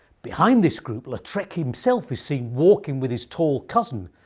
behind this group lautrec himself is seen walking with his tall cousin,